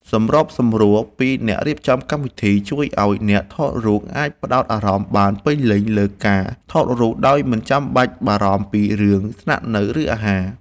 សម្របសម្រួលពីអ្នករៀបចំកម្មវិធីជួយឱ្យអ្នកថតរូបអាចផ្តោតអារម្មណ៍បានពេញលេញលើការថតរូបដោយមិនបាច់បារម្ភពីរឿងស្នាក់នៅ ឬ អាហារ។